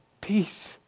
Peace